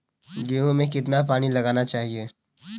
गेहूँ में कितना पानी लगाना चाहिए?